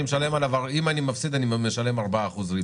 אם אני מפסיד אני משלם 4% ריבית,